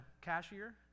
cashier